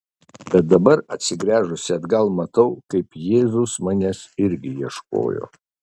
bet dabar atsigręžusi atgal matau kaip jėzus manęs irgi ieškojo